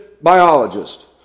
biologist